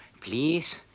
please